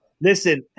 Listen